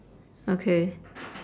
okay